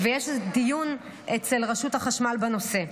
ויש דיון אצל רשות החשמל בנושא.